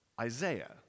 Isaiah